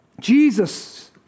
Jesus